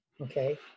Okay